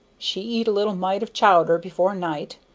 she eat a little mite of chowder before night,